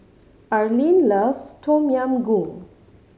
Arlyn loves Tom Yam Goong